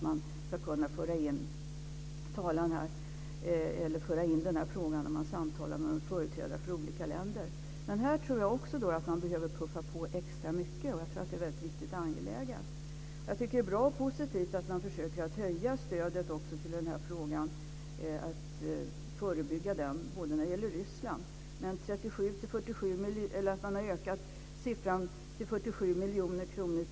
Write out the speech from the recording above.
Man försöker också föra in frågan när man samtalar med företrädare för olika länder. Jag tror att man behöver puffa på extra mycket - det är viktigt och angeläget. Det är bra och positivt att man försöker öka stödet för den här frågan och förebygga det hela när det gäller t.ex. Ryssland. Man har ökat siffran till UNAIDS till 47 miljoner kronor.